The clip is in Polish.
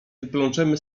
wyplączemy